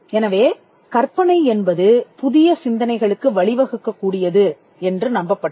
எனவே கற்பனை என்பது புதிய சிந்தனைகளுக்கு வழிவகுக்கக் கூடியது என்ற நம்பப்பட்டது